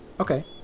okay